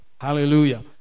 Hallelujah